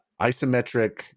isometric